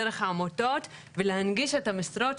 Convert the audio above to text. דרך עמותות ולהנגיש את המשרות.